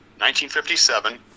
1957